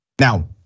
Now